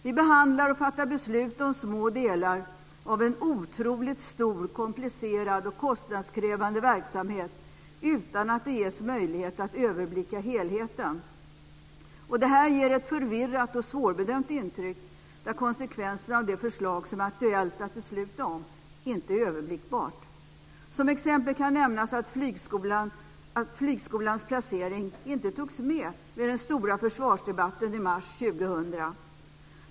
Vi behandlar och fattar beslut om små delar av en otroligt stor, komplicerad och kostnadskrävande verksamhet utan att det ges möjlighet att överblicka helheten. Det här ger ett förvirrat och svårbedömt intryck. Konsekvenserna av det förslag som är aktuellt att besluta om är inte överblickbara. Som exempel kan nämnas att flygskolans placering inte togs med vid den stora försvarsdebatten i mars 2000.